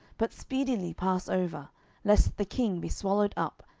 but speedily pass over lest the king be swallowed up,